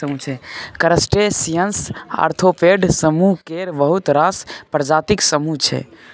crustaceans arthropod समुह केर बहुत रास प्रजातिक समुह छै